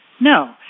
no